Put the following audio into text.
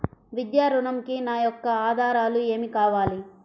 విద్యా ఋణంకి నా యొక్క ఆధారాలు ఏమి కావాలి?